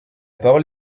parole